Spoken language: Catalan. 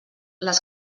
les